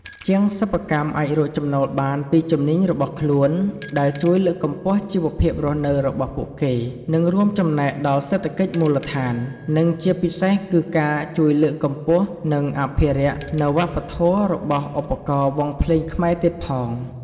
ជាងសិប្បកម្មអាចរកចំណូលបានពីជំនាញរបស់ខ្លួន ដែលជួយលើកកម្ពស់ជីវភាពរស់នៅរបស់ពួកគេ និងរួមចំណែកដល់សេដ្ឋកិច្ចមូលដ្ឋាន និងជាពិសេសគឺការជួយលើកកម្ពស់និងអភិរក្សនៅវប្បធម៌របស់ឧបករណ៍វង់ភ្លេងខ្មែរទៀតផង។